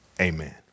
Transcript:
amen